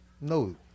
No